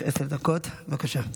לרשותך עשר דקות, בבקשה.